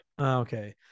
okay